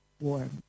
warm